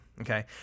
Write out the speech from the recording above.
Okay